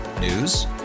News